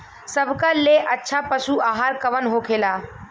सबका ले अच्छा पशु आहार कवन होखेला?